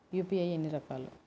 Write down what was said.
UPI ఎన్ని రకాలు?